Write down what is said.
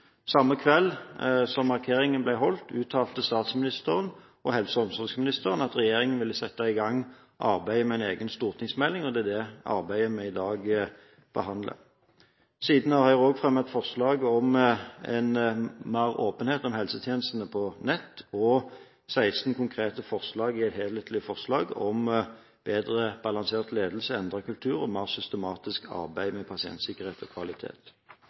Samme kveld som markeringen ble holdt, uttalte statsministeren og helse- og omsorgsministeren at regjeringen ville sette i gang arbeidet med en egen stortingsmelding. Det er resultatet av det arbeidet vi i dag behandler. Senere har jeg fremmet et forslag om større åpenhet om helsetjenestene på nett og kommet med 16 helhetlige forslag om mer balansert ledelse, endret kultur og mer systematisk arbeid med pasientsikkerhet og kvalitet.